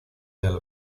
del